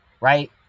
right